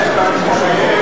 כי אתה מעלה כאן בדיקה,